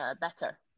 better